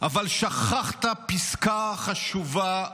אבל שכחת פסקה חשובה אחת,